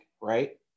right